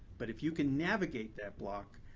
but if you can navigate that block,